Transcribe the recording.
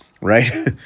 right